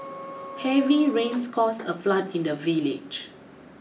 heavy rains caused a flood in the village